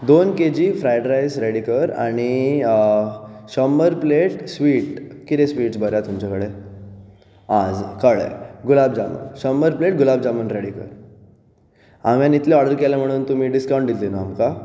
दोन KG fried rice ready कर आनी शंभर प्लेट स्वीट आनी कितें स्वीट बरें आसा तुमचे कडेन आं कळ्ळें गुलाब जामून शंभर प्लेट गुलाब जामून रेडी कर हांवें इतले ऑर्डर केला म्हणून तुमी डिस्काउंट दितले न्हू आमकां